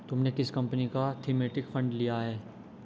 तुमने किस कंपनी का थीमेटिक फंड लिया है?